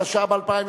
התשע"ב 2012,